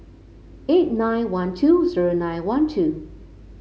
eight nine one two zero nine one two